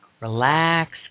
relax